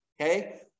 okay